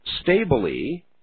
stably